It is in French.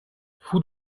fou